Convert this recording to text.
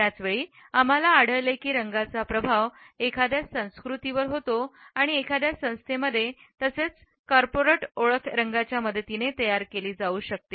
त्याच वेळी आम्हाला आढळले की रंगांचा प्रभाव एखाद्या संस्कृतीवर होतो एखाद्या संस्थेमध्ये तसेच कॉर्पोरेट ओळख रंगाच्या मदतीने तयार केली जाऊ शकते